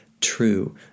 true